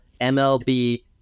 mlb